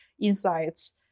insights